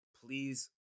please